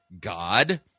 God